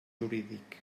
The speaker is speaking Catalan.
jurídic